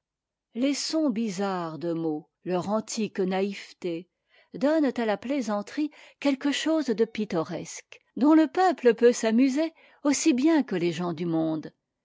les sons bizarres des mots leur antique natveté donnent à la plaisanterie quelque chose de pittoresque dont le peuple peut s'amuser aussi bien que les gens du monde